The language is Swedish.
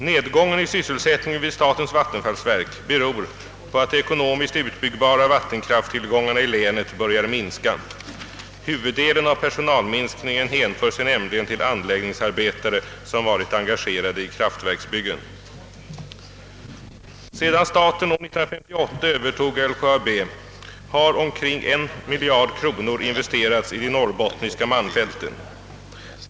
Nedgången i sysselsättningen vid statens vattenfallsverk beror på att de ekonomiskt utbyggbara vattenkraftstillgångarna i länet börjar minska. Huvuddelen av personalminskningen hänför sig nämligen till anläggningsarbetare som varit engagerade i kraftverksbyggen. Sedan staten år 1958 övertog LKAB har omkring en miljard kronor investerats i de norrbottniska malmfälten.